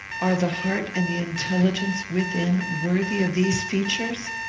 are the heart and the intelligence within worthy of these features?